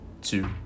two